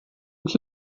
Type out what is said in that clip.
que